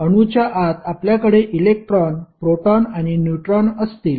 अणूच्या आत आपल्याकडे इलेक्ट्रॉन प्रोटॉन आणि न्यूट्रॉन असतील